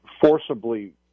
forcibly